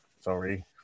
Sorry